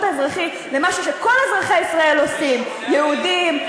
האזרחי למשהו שכל אזרחי ישראל עושים יהודים,